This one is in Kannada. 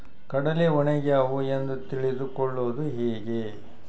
ಕಡಲಿ ಒಣಗ್ಯಾವು ಎಂದು ತಿಳಿದು ಕೊಳ್ಳೋದು ಹೇಗೆ?